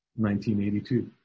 1982